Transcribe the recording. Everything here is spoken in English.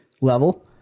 level